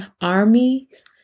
armies